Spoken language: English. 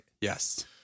Yes